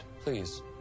Please